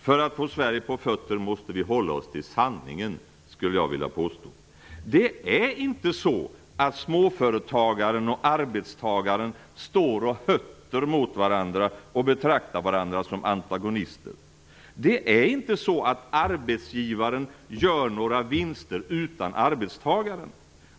För att få Sverige på fötter måste vi hålla oss till sanningen, skulle jag vilja påstå. Det är inte så att småföretagaren och arbetstagaren står och hötter mot varandra och betraktar varandra som antagonister. Det är inte så att arbetsgivaren gör några vinster utan arbetstagaren.